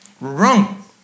Wrong